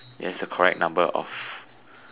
ya it has the correct number of